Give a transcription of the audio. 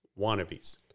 wannabes